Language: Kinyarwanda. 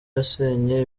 yasenye